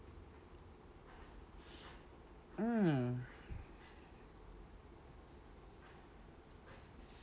mm